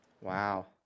Wow